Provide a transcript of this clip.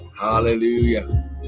hallelujah